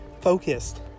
focused